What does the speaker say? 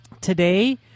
Today